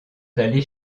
d’aller